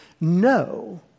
no